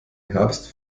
herbst